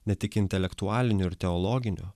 ne tik intelektualiniu ir teologiniu